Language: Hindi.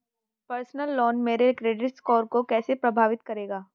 पर्सनल लोन मेरे क्रेडिट स्कोर को कैसे प्रभावित करेगा?